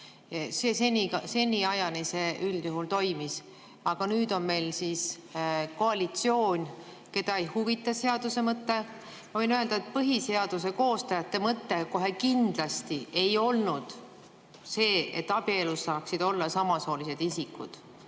See seniajani üldjuhul toimis, aga nüüd on meil siis koalitsioon, keda ei huvita seaduse mõte. Ma võin öelda, et põhiseaduse koostajate mõte kohe kindlasti ei olnud see, et abielus saaksid olla ka samasoolised isikud